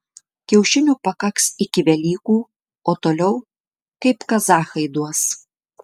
kiaušinių pakaks iki velykų o toliau kaip kazachai duos